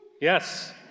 Yes